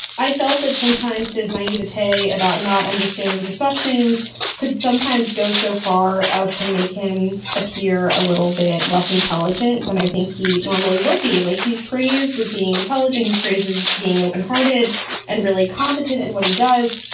i felt that sometimes his naivete about not understanding deceptions could sometimes go so far as to make him appear a little bit less intelligent than i think he normally would be like. he's praised as being intelligent. he's praised being open hearted and really competent in what he does.